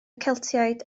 celtiaid